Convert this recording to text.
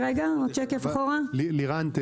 לירן,